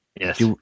Yes